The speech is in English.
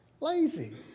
Lazy